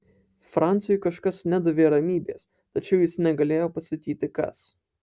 franciui kažkas nedavė ramybės tačiau jis negalėjo pasakyti kas